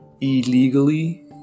illegally